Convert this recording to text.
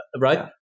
right